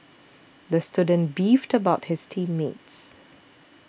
the student beefed about his team mates